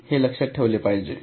तर हे लक्षात ठेवले पाहिजे